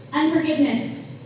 Unforgiveness